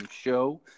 show